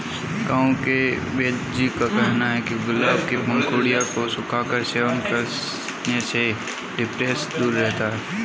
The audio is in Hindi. गांव के वेदजी का कहना है कि गुलाब के पंखुड़ियों को सुखाकर सेवन करने से डिप्रेशन दूर रहता है